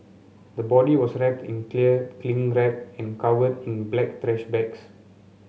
the body was wrapped in clear cling wrap and covered in black trash bags